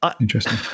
Interesting